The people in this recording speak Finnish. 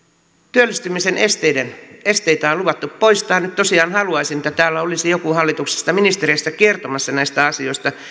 työllistymisen esteitä on luvattu poistaa nyt tosiaan haluaisin että täällä olisi joku hallituksesta ministereistä kertomassa näistä asioista